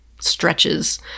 stretches